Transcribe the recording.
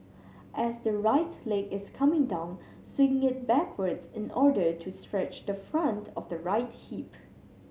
as the right leg is coming down swing it backwards in order to stretch the front of the right hip